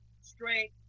Straight